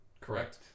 correct